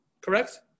Correct